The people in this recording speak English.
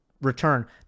return